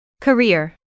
Career